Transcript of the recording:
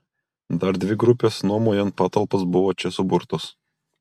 dar dvi grupės nuomojant patalpas buvo čia suburtos